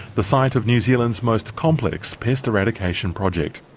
the site of new zealand's most complex pest eradication project.